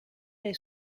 dai